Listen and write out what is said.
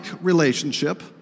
relationship